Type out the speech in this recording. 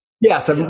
yes